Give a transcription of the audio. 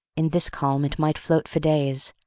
in this calm it might float for days.